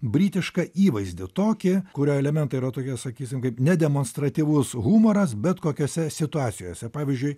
britišką įvaizdį tokį kurio elementai yra tokie sakysim kaip nedemonstratyvus humoras bet kokiose situacijose pavyzdžiui